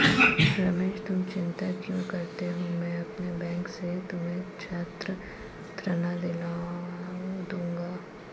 रमेश तुम चिंता क्यों करते हो मैं अपने बैंक से तुम्हें छात्र ऋण दिलवा दूंगा